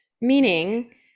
meaning